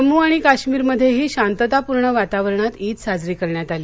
जम्मू आणि काश्मीरमध्येही शांततापूर्ण वातावरणात ईद साजरी करण्यात आली